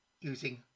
using